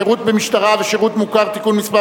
(שירות במשטרה ושירות מוכר) (תיקון מס'